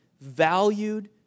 valued